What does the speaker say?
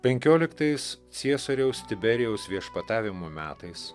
penkioliktais ciesoriaus tiberijaus viešpatavimo metais